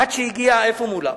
עד שהגיעה, מולה,